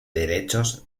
derechos